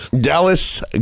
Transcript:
Dallas